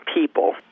people